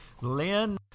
Lynn